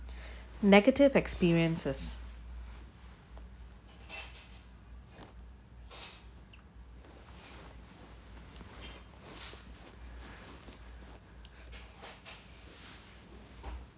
negative experiences